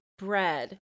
Bread